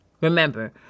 Remember